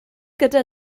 gyda